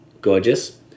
Gorgeous